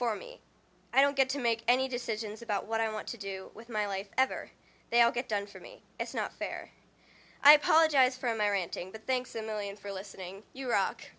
for me i don't get to make any decisions about what i want to do with my life ever they all get done for me it's not fair i apologize for doing that thanks a million for listening you rock